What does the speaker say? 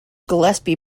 gillespie